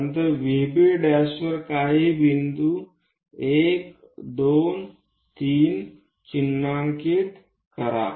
नंतर VB' वर काही बिंदू 1 2 3 चिन्हांकित करा